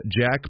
Jack